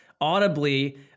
audibly